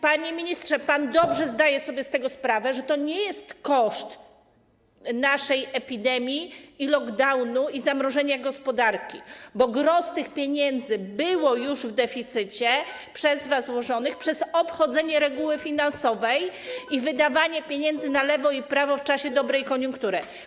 Panie ministrze, pan dobrze zdaje sobie z tego sprawę, że to nie jest koszt naszej epidemii i lockdownu, i zamrożenia gospodarki, bo gros z tych pieniędzy było już w deficycie, który był przez was założony przez obchodzenie reguły finansowej i wydawanie pieniędzy na lewo i prawo w czasie dobrej koniunktury.